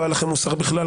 לא היה לכם מוסר בכלל,